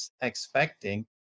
expecting